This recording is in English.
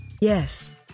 Yes